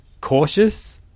cautious